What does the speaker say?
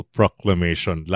proclamation